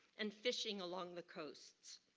and fishing along the coasts.